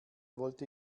wollte